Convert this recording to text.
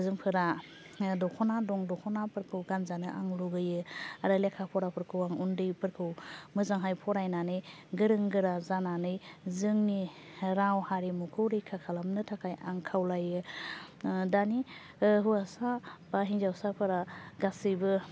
जोंफोरा दख'ना दं दख'नाफोरखौ गानजानो आं लुबैयो आरो लेखा फराफोरखौ आं उन्दैफोरखौ मोजांहाय फरायनानै गोरों गोरा जानानै जोंनि राव हारिमुखौ रैखा खालामनो थाखाय आं खावलायो दानि हौवासा बा हिन्जावसाफोरा गासैबो